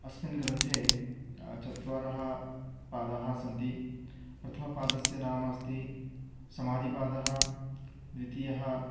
अस्मिन् ग्रन्थे चत्वारः पादाः सन्ति प्रथमपादस्य नाम अस्ति समाधिपादः द्वितीयः